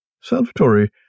Salvatore